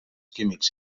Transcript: químics